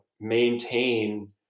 maintain